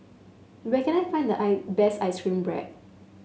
where can I find the best ice cream bread